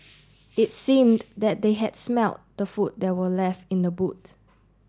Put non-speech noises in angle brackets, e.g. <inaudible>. <noise> it seemed that they had smelt the food that were left in the boot